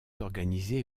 organisé